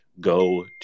go